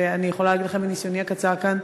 ואני יכולה להגיד לכם מניסיוני הקצר כאן,